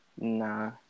Nah